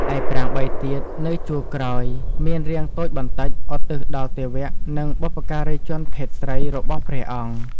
ឯប្រាង្គ ៣ ទៀត នៅជួរក្រោយ មាន រាងតូចបន្តិច ឧទ្ទិសដល់ទេវៈ និង បុព្វការីជនភេទស្រីរបស់ព្រះអង្គ ។